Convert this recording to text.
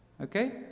okay